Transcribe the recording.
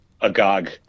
agog